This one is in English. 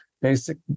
Basic